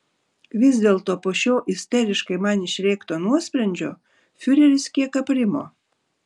vis dėlto po šio isteriškai man išrėkto nuosprendžio fiureris kiek aprimo